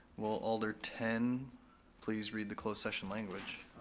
will alder ten please read the closed session language?